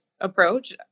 approach